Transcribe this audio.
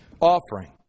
offering